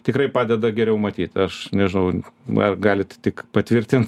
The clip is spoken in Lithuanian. tikrai padeda geriau matyt aš nežnau na galit tik patvirtint